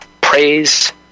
Praise